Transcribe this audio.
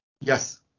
Yes